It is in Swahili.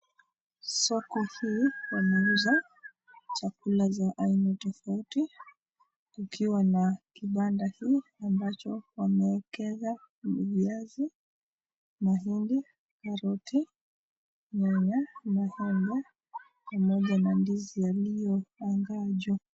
soko hii wanauza chakula za haina tofauti kukiwa na kibanda hii wamewekeza viazi, mahindi, karoti, nyanya, muhogo pamoja na ndizi iliyo pangwa juu